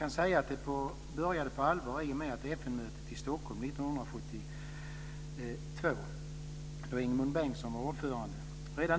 Man kan säga att det började på allvar i och med FN-mötet i Stockholm 1972 då Ingemund Bengtsson var ordförande.